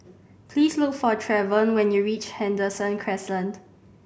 please look for Trevon when you reach Henderson Crescent